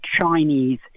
Chinese